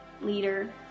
leader